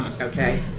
okay